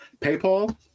PayPal